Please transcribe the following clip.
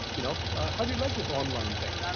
you know how do you like this online thing?